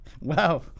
Wow